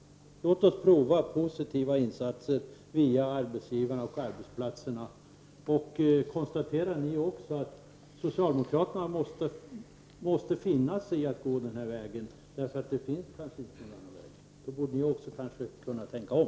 Låt oss prova positiva insatser via arbetsgivarna och arbetsplatserna! Ni kommer att få konstatera att socialdemokraterna måste finna sig i att gå denna väg, därför att det kanske inte finns någon annan väg. Ni borde också kunna tänka om.